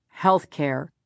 healthcare